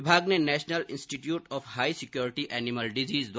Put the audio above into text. विभाग ने national institute of high security animal disease छर्षै